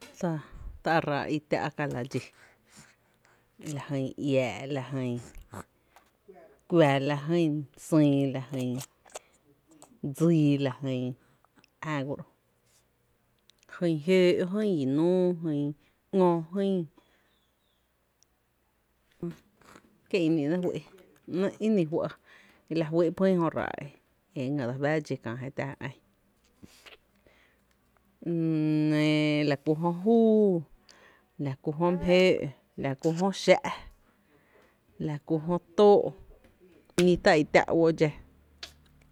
Tá’ ráá’ i tⱥ’ ka la dxí. Lajyn iää’, la jyn kuⱥ, lajy sÿÿ, la jyn dsii la jyn jä go ro’ jyn jöö, jyn ia núú, jyn ngö jyn, kie’ ini ‘néé’ fý’ ini fɇ’ la fýý’ ba jyn jö ráá’ e dse fá dsa dxí kää jé tⱥ jé án, mm nɇɇ la kú jö juu, la kú jö mý jöö’, la kú jö xⱥ’ la kú jö tóó’ i ni tá’ i tⱥ’ uó dxⱥⱥ.